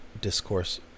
discourse